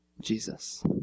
Jesus